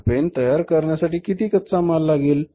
हा पेन तयार करण्यासाठी किती कच्चामाल लागेल